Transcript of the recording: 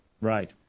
Right